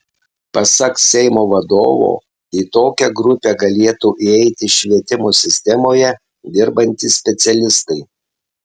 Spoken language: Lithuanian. pasak seimo vadovo į tokią grupę galėtų įeiti švietimo sistemoje dirbantys specialistai